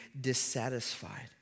dissatisfied